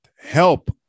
help